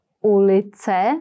ulice